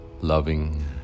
loving